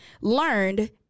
learned